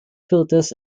filters